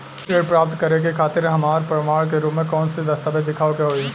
ऋण प्राप्त करे के खातिर हमरा प्रमाण के रूप में कउन से दस्तावेज़ दिखावे के होइ?